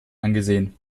angesehen